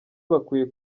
bakwiye